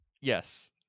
Yes